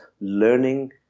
learning